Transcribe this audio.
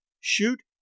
shoot